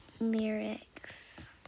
Lyrics